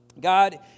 God